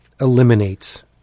eliminates